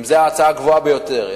אם זו ההצעה הגבוהה ביותר.